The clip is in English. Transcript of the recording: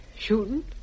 Shooting